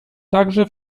także